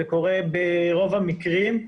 זה קורה ברוב המקרים,